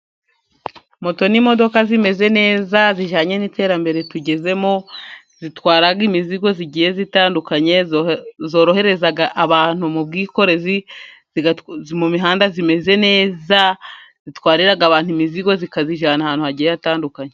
Moto n'imodoka zimeze neza zijyanye n'iterambere tugezemo zitwara imizigo igiye zitandukanye zorohereza abantu mu bwikorezi, mu mihanda imeze neza zitwarira abantu imizigo zikayijyana ahantu hagiye hatandukanye.